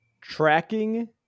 Tracking